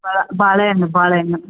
ಬಳ ಬಾಳೆಹಣ್ಣು ಬಾಳೆಹಣ್ಣು